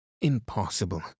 Impossible